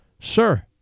Sir